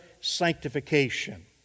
sanctification